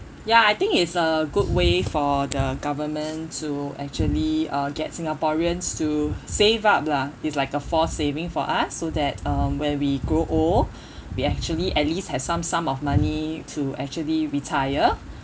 ya I think it's a good way for the government to actually uh get singaporeans to save up lah it's like a force saving for us so that um when we grow old we actually at least have some sum of money to actually retire